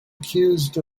accused